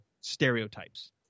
stereotypes